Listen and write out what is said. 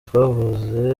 twavuze